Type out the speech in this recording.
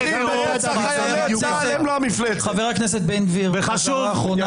חבר הכנסת בן גביר, קריאה אחרונה.